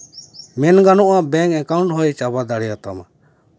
ᱢᱮᱱ ᱜᱟᱱᱚᱜᱼᱟ bank account ᱦᱚᱭ ᱪᱟᱵᱟ ᱫᱟᱲᱮᱭᱟᱛᱟᱢᱟ